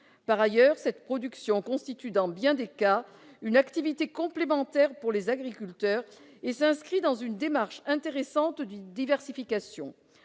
Par ailleurs, cette production constitue dans bien des cas une activité complémentaire pour les agriculteurs et s'inscrit dans une démarche intéressante de diversification.